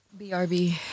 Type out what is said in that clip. BRB